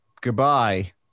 Goodbye